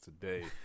today